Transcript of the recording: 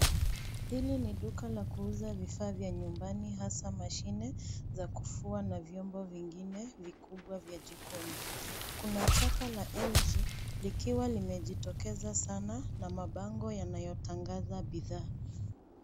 Hili ni duka la kuuza vifaa vya nyumbani hasa mashine za kufua na vyombo vingine vikubwa vya jikoni. Kuna chapa la LG likiwa limejitokeza sana na mabango yanayo tangaza bidhaa.